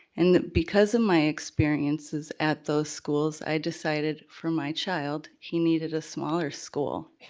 and because of my experiences at those schools, i decided for my child, he needed a smaller school.